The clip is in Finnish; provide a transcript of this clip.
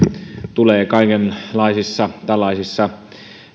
tulee kaikenlaisissa tällaisissa